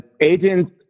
agents